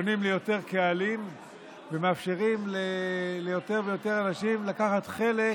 ליותר קהלים ומאפשרים ליותר ויותר אנשים לקחת חלק